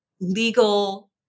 legal